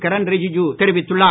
கிரண் ரிஜிஜு தெரிவித்துள்ளார்